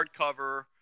hardcover